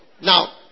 now